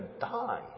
die